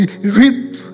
rip